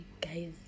guys